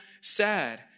sad